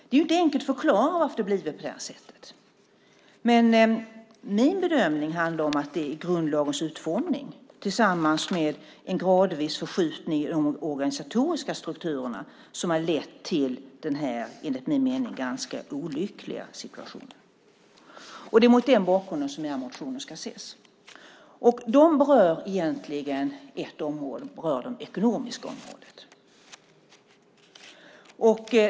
Det är inte enkelt att förklara varför det har blivit på det sättet, men min bedömning handlar om att det är grundlagens utformning tillsammans med en gradvis förskjutning i de organisatoriska strukturerna som har lett till den här, enligt min mening, ganska olyckliga situationen. Det är mot den bakgrunden som de här motionerna ska ses. De berör egentligen ett område, nämligen det ekonomiska området.